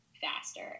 faster